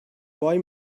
boy